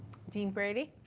dean brady.